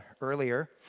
earlier